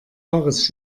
wahres